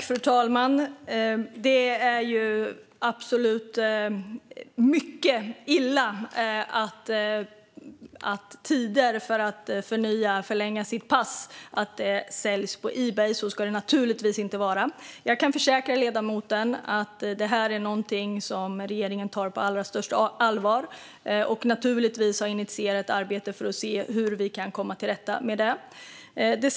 Fru talman! Det är absolut mycket illa att tider för att förnya pass säljs på Ebay. Så ska det naturligtvis inte vara. Jag kan försäkra ledamoten om att detta är någonting som regeringen tar på allra största allvar. Naturligtvis har vi initierat ett arbete för att se hur vi kan komma till rätta med problemet.